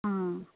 आं